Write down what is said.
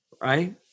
right